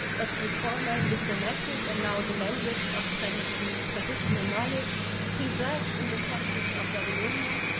as the former diplomatic and now the language of traditional traditional knowledge preserved in the temples of babylonia,